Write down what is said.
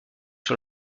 sur